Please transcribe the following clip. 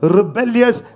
rebellious